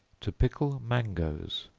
to pickle mangoes.